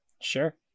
sure